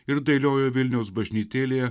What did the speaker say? ir dailioji vilniaus bažnytėlėje